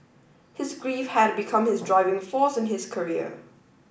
his grief had become his driving force in his career